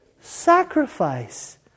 sacrifice